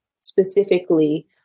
specifically